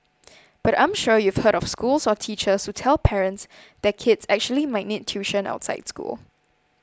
but I'm sure you've heard of schools or teachers who tell parents their kids actually might need tuition outside school